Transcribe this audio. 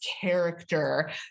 character